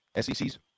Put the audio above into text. SEC's